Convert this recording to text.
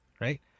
right